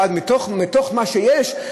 אבל מתוך מה שיש,